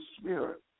Spirit